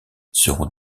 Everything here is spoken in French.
seront